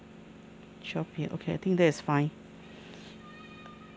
twelve P_M okay I think that's fine